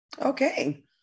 Okay